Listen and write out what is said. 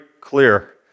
clear